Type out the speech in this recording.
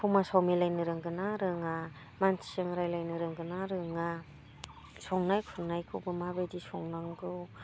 समाजाव मिलायनो रोंगोना रोङा मानसिजों रायज्लायनो रोंगोनना रोङा संनाय खुरनायखौबो माबायदि संनांगौ